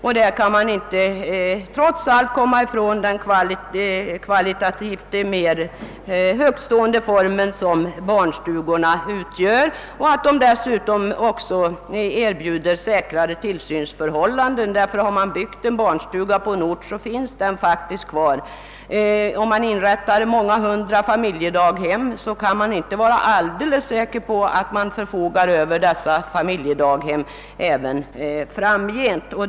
Därvid kan man trots allt inte komma ifrån att barnstugorna utgör den kvalitativt mera högtstående formen och dessutom erbjuder säkrare tillsynsförhållanden. Har man byggt en barnstuga på en ort finns den faktiskt kvar, men även om man inrättar många hundra familjedaghem kan man inte vara alldeles säker på att få förfoga över dem också framgent.